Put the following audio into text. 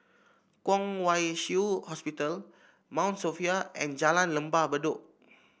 Kwong Wai Shiu Hospital Mount Sophia and Jalan Lembah Bedok